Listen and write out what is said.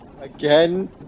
Again